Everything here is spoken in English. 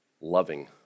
loving